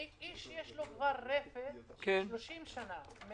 איש שיש לו רפת כבר 30 שנים,